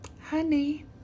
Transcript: Honey